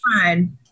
fine